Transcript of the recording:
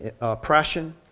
oppression